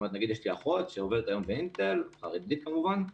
יש לי אחות שעובדת היום באינטל, חרדית כמובן,